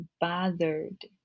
bothered